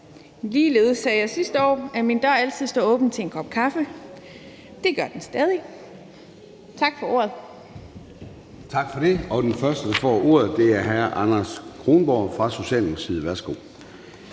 Ligeledes sagde jeg sidste år, at min dør altid står åben til en kop kaffe – det gør den stadig. Tak for ordet.